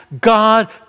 God